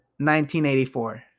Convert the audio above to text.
1984